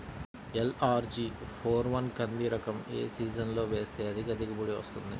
LRG four one కంది రకం ఏ సీజన్లో వేస్తె అధిక దిగుబడి వస్తుంది?